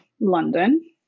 London